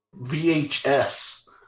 VHS